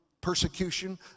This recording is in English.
persecution